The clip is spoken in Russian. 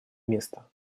место